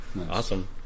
Awesome